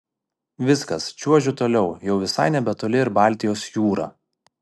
viskas čiuožiu toliau jau visai nebetoli ir baltijos jūra